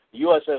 USS